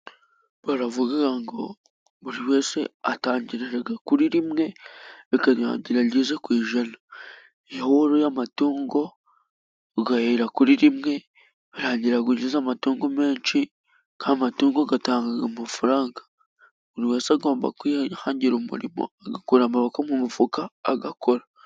Baravuga ngo buri wese atangirira kuri rimwe bikarangira ageze ku ijana, iyo woroye amatungo ugahera kuri rimwe birangira ugize amatungo menshi Kandi amatungo atanga amafaranga. Buri wese agomba kwihangira umurimo agakura amaboko mu mufuka agakora.